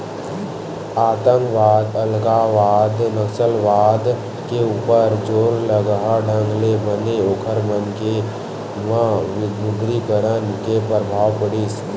आंतकवाद, अलगावाद, नक्सलवाद के ऊपर जोरलगहा ढंग ले बने ओखर मन के म विमुद्रीकरन के परभाव पड़िस